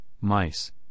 mice